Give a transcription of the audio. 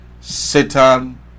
Satan